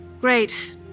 Great